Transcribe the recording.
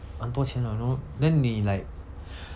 很多钱 liao you know then 你 like